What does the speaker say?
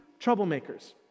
troublemakers